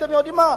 אתם יודעים מה,